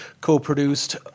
co-produced